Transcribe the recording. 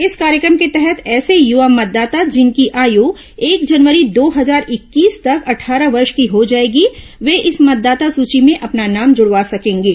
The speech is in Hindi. इस कार्यक्रम के तहत ऐसे युवा मतदाता जिनकी आयु एक जनवरी दो हजार इक्कीस तक अट्ठारह वर्ष की हो जाएगी वे इस मतदाता सूची में अपना नाम जुड़वा सकेंगे